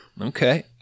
Okay